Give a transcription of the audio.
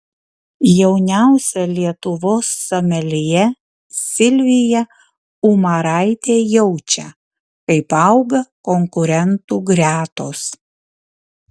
jauniausia lietuvos someljė silvija umaraitė jaučia kaip auga konkurentų gretos